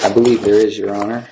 i believe there is your honor